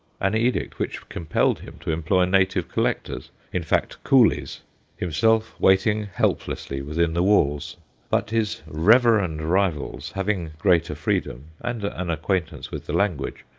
an edict which compelled him to employ native collectors in fact, coolies himself waiting helplessly within the walls but his reverend rivals, having greater freedom and an acquaintance with the language,